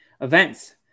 Events